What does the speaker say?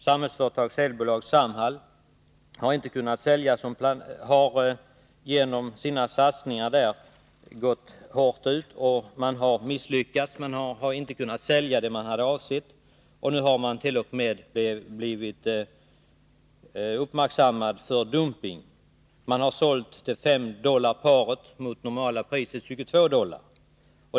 Samhällsföretags säljbolag Samhall har med sina satsningar gått hårt ut, men man har misslyckats och har inte kunnat sälja så mycket som man hade avsett. Nu har man t.o.m. uppmärksammats för att bedriva dumpning. Man har sålt tofflor för 5 dollar per par mot normalt 22 dollar.